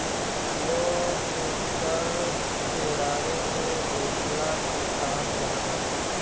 लोग के कर चोरावे से रोकला के काम करत हवे